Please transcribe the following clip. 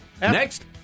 Next